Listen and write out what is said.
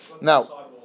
Now